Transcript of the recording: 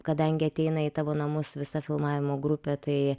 kadangi ateina į tavo namus visa filmavimo grupė tai